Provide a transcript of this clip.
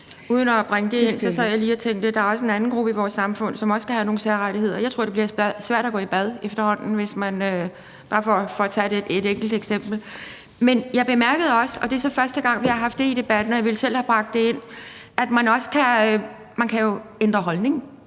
Uden at bringe det ind i det her, så sad jeg lige og tænkte på, at der også er en anden gruppe i vores samfund, som også skal have nogle særrettigheder. Jeg tror, det efterhånden bliver svært at gå i bad. Det var bare for at tage et enkelt eksempel. Men jeg bemærkede også – og det er så første gang, vi har haft det i debatten, og jeg ville selv have bragt det ind – at man jo også kan ændre holdning.